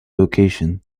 vocation